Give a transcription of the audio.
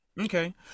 Okay